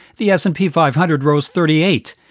the s and p five hundred rose thirty eight.